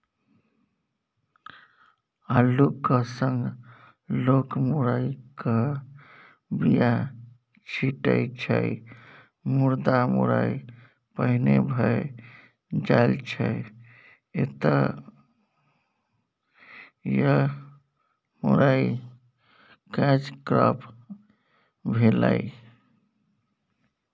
अल्लुक संग लोक मुरयक बीया छीटै छै मुदा मुरय पहिने भए जाइ छै एतय मुरय कैच क्रॉप भेलै